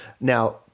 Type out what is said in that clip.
Now